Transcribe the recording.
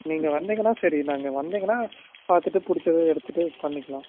நீங்கள் வந்திங்கனா சரி நாங்கள் வந்திங்கனா பார்த்துட்டு பிடிச்சத எடுத்துகிட்டு பண்ணிக்கலாம்